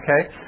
Okay